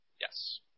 Yes